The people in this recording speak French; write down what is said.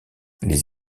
les